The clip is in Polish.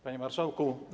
Panie Marszałku!